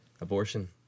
abortion